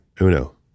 Uno